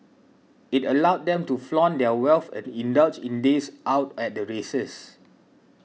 it allowed them to flaunt their wealth and indulge in days out at the races